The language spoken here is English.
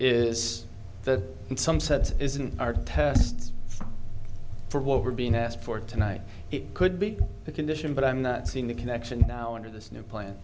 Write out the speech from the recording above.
is that in some sense isn't our tests for what we're being asked for to night it could be the condition but i'm not seeing the connection now under this new plan